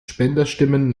spenderstimmen